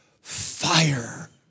fire